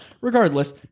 regardless